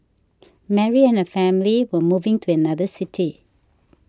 Mary and her family were moving to another city